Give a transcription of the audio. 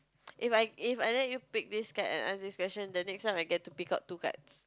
If I If I let you pick this card and ask this question the next one I get to pick up two cards